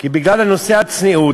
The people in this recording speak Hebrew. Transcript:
בגלל נושא הצניעות.